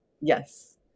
Yes